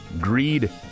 greed